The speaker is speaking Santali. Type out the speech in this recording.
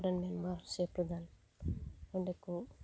ᱚᱸᱰᱮᱠᱚ